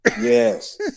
Yes